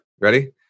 Ready